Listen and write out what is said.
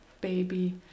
Baby